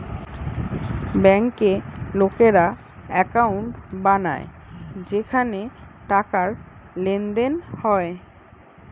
বেঙ্কে লোকেরা একাউন্ট বানায় যেখানে টাকার লেনদেন হয়